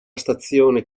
stazione